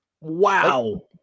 wow